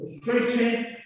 preaching